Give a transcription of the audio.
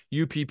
UPP